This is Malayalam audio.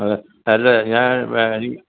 അതെ അല്ല ഞാൻ വ് എനിക്ക്